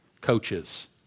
coaches